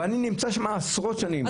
ואני נמצא שם עשרות שנים.